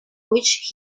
which